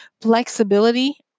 flexibility